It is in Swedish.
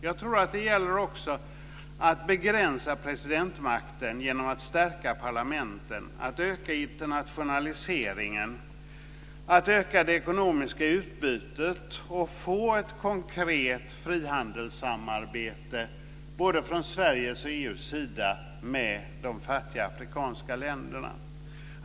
Jag tror att det också gäller att begränsa presidentmakten genom att stärka parlamenten, öka internationaliseringen, öka det ekonomiska utbytet och få ett konkret frihandelssamarbete både från Sveriges och EU:s sida med de fattiga afrikanska länderna.